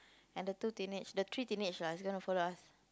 and the two teenage the three teenage lah is gonna follow us